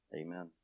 Amen